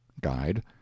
Guide